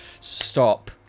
Stop